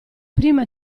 prima